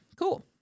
cool